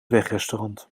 wegrestaurant